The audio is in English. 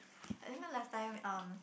like you know last time um